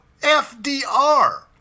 FDR